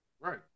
Right